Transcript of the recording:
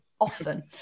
often